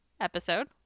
episode